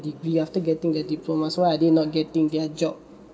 degree after getting their diploma so why are they not getting their job